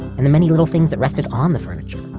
and the many little things that rested on the furniture.